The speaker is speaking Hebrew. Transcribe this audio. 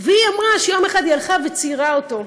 והיא אמרה שהיא יום אחד ציירה אותו.